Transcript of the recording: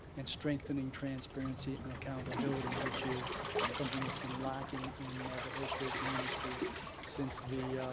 and strengthening transparency and accountability, which is something that's been lacking in the horse-racing industry since the